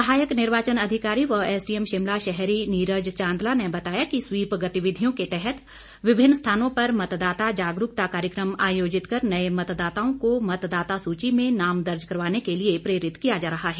सहायक निर्वाचन अधिकारी व एसडीएम शिमला शहरी नीरज चांदला ने बताया कि स्वीप गतिविधियों के तहत विभिन्न स्थानों पर मतदाता जागरूकता कार्यक्रम आयोजित कर नए मतदाताओं को मतदाता सूची में नाम दर्ज करवाने के लिए प्रेरित किया जा रहा है